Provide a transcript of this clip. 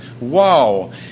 Wow